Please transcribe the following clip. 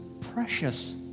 precious